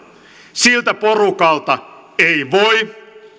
siltä porukalta ei voi